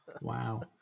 Wow